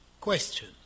question